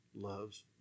loves